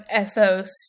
ethos